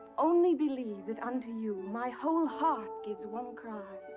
only believe that unto you my whole heart gives one cry.